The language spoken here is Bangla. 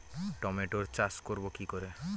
টমেটোর চাষ করব কি করে?